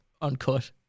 uncut